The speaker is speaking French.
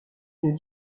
une